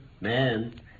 Man